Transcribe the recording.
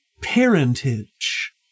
parentage